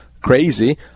crazy